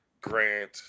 Grant